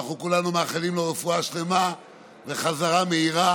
שאנחנו כולנו מאחלים לו רפואה שלמה וחזרה מהירה